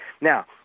now